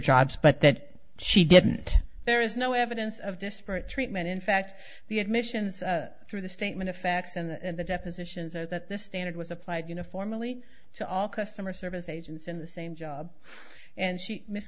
jobs but that she didn't there is no evidence of disparate treatment in fact the admissions through the statement of facts and the depositions are that this standard was applied uniformly to all customer service agents in the same job and she miss